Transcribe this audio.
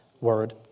word